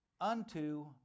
unto